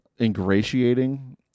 ingratiating